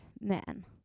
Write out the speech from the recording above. man